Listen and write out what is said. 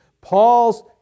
Paul's